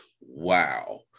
Wow